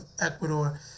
Ecuador